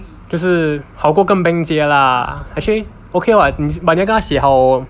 就是好过跟 bank 借 lah actually okay [what] but 你要跟他写好